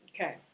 Okay